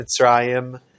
Mitzrayim